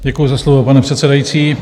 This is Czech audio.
Děkuji za slovo, pane předsedající.